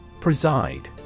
Preside